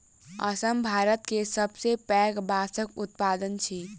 असम भारत के सबसे पैघ बांसक उत्पादक अछि